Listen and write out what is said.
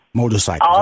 motorcycle